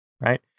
right